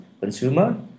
consumer